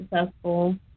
successful